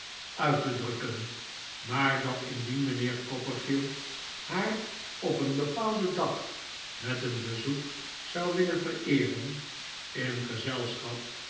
uit te drukken maar dat indien mijnheer copperfield haar op een bepaalden dag met een bezoek zou willen vereeren in gezelschap